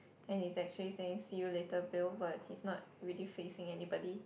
and he's actually saying see you later Bill but he's not really facing anybody